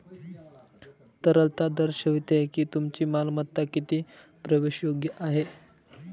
तरलता दर्शवते की तुमची मालमत्ता किती प्रवेशयोग्य आहे